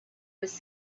was